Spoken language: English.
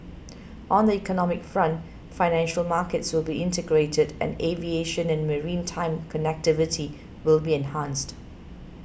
on the economic front financial markets will be integrated and aviation and maritime connectivity will be enhanced